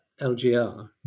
LGR